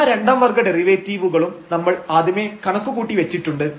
എല്ലാ രണ്ടാം വർഗ്ഗ ഡെറിവേറ്റീവുകളും നമ്മൾ ആദ്യമേ കണക്കുകൂട്ടി വെച്ചിട്ടുണ്ട്